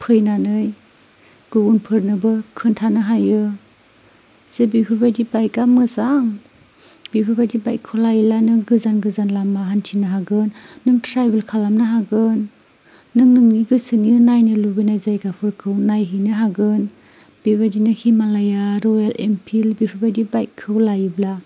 फैनानै गुबुनफोरनोबो खोन्थानो हायो जे बेफोरबायदि बाइकआ मोजां बेफोरबायदि बाइकखौ लायोला नों गोजान गोजान लामा हान्थिनो हागोन नों ट्रेबेल खालामनो हागोन नों नोंनि गोसोनि नायनो लुबैनाय जायगाफोरखौ नायहैनो हागोन बेबायदिनो हिमालाया रयेल एन्फिल्ड बेफोरबायदि बाइखौ लायोब्ला